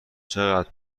چقدر